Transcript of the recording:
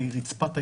מרצפת הייצור,